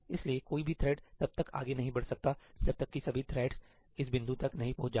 इसलिए कोई भी थ्रेड तब तक आगे नहीं बढ़ सकता जब तक कि सभी थ्रेड इस बिंदु तक नहीं पहुंच जाते